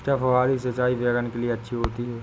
क्या फुहारी सिंचाई बैगन के लिए अच्छी होती है?